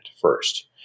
first